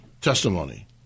testimony